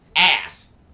ass